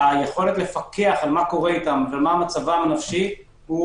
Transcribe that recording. היכולת לפקח מה קורה אתם ומה מצבם הנפשי הוא